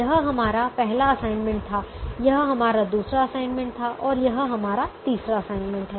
यह हमारा पहला असाइनमेंट था यह हमारा दूसरा असाइनमेंट था और यह हमारा तीसरा असाइनमेंट है